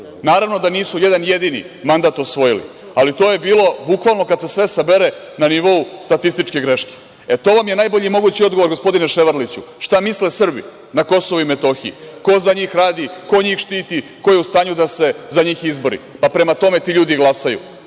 hteo. Naravno da nisu nijedan jedini mandat osvojili, ali to je bilo bukvalno, kad se sve sabere na nivou statističke greške. To vam je najbolji mogući odgovor gospodine Ševarliću šta misle Srbi na KiM, ko za njih radi, ko njih štiti, ko je u stanju da se za njih izbori. Prema tome i ti ljudi glasaju,